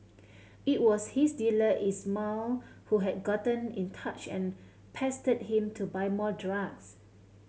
it was his dealer Ismail who had gotten in touch and pestered him to buy more drugs